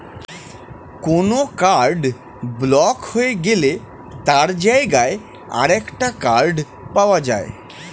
কোনো card block হয়ে গেলে তার জায়গায় আরেকটা কার্ড পাওয়া যায়